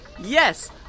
Yes